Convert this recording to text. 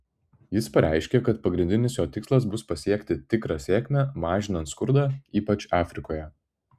jis pareiškė kad pagrindinis jo tikslas bus pasiekti tikrą sėkmę mažinant skurdą ypač afrikoje